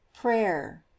Prayer